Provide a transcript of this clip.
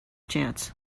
chance